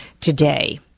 today